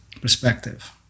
perspective